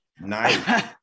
nice